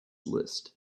list